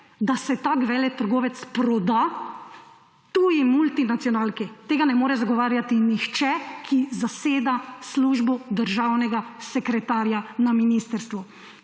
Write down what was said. da se tak veletrgovec proda tuji multinacionalki. Tega ne more zagovarjati nihče, ki zaseda službo državnega sekretarja na ministrstvu.